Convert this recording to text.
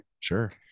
Sure